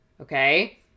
Okay